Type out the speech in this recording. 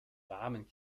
warmen